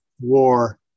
War